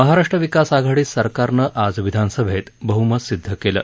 महाराष्ट्र विकास आघाडी सरकारनं आज विधानसभेत बह्मत सिद्ध केलं